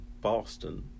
Boston